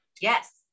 Yes